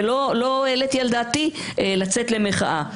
ולא העליתי על דעתי לצאת למחאה.